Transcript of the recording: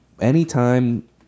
anytime